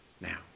now